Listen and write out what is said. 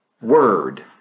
word